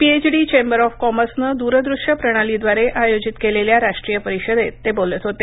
PhD chamber of कॉमर्सनं दूरदृश्य प्रणालीद्वारे आयोजित केलेल्या राष्ट्रीय परिषदेत ते बोलत होते